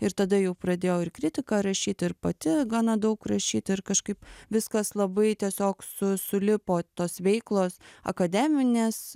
ir tada jau pradėjau ir kritiką rašyt ir pati gana daug rašyt ir kažkaip viskas labai tiesiog su sulipo tos veiklos akademinės